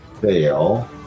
fail